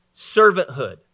servanthood